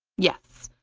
yes.